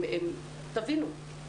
תבינו,